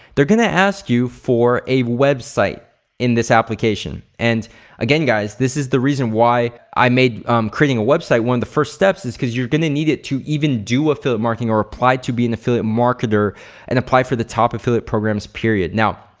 they're gonna ask you for a website in this application and again guys this is the reason why i made creating a website one of the first steps is cause you're gonna need it to even do affiliate marketing or apply to be an affiliate marketer and apply for the top affiliate programs period. now,